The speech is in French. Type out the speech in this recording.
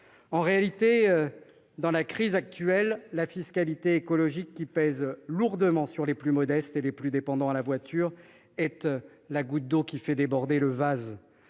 En réalité, dans la crise actuelle, la fiscalité écologique qui pèse lourdement sur les plus modestes et les plus dépendants à la voiture est la goutte d'eau qui fait déborder le vase.